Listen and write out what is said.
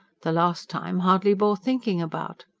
the last time hardly bore thinking about.